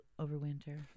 overwinter